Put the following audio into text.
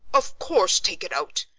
of course take it out,